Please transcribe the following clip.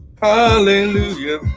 hallelujah